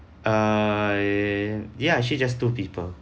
err ya actually just two people